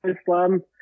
Islam